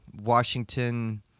washington